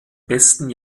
besten